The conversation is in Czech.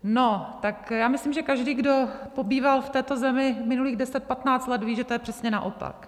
No tak já myslím, že každý, kdo pobýval v této zemi minulých deset patnáct let, ví, že to je přesně naopak.